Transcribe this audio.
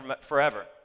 forever